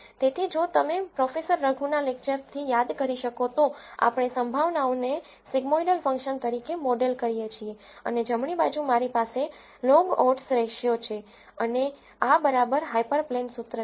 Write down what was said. તેથી જો તમે પ્રોફેસર રઘુના લેકચરથી યાદ કરી શકો તો આપણે પ્રોબેબ્લીટીઝને સિગ્મોઈડલ ફંક્શન તરીકે મોડેલ કરીએ છીએ અને જમણી બાજુ મારી પાસે લોગ ઓડ્સ રેશિયો છે અને આ બરાબર હાઇપરપ્લેન સુત્ર છે